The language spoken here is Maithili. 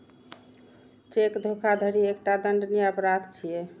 चेक धोखाधड़ी एकटा दंडनीय अपराध छियै